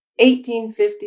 1850